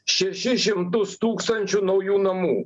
šešis šimtus tūkstančių naujų namų